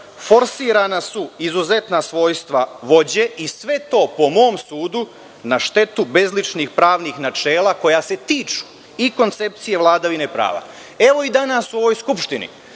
Forsirana su izuzetna svojstva vođe i sve to po mom sudu na štetu bezličnih pravnih načela koja se tiču i koncepcije vladavine prava. Danas u ovoj Skupštini